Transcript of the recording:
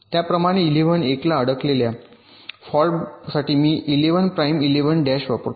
त्याचप्रमाणे इलेव्हनच्या १ ला अडकलेल्या फॉल्टसाठी मी इलेवन प्राइम इलेवन डॅश वापरतो